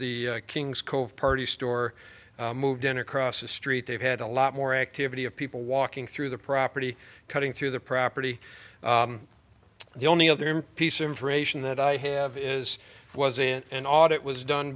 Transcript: the king's cove party store moved in across the street they've had a lot more activity of people walking through the property cutting through the property the only other piece of information that i i have is was in an audit was done